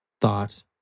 thought